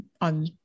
on